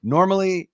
Normally